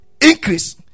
increase